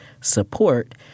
support